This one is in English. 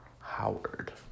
Howard